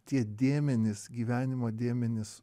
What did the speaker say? tie dėmenys gyvenimo dėmenys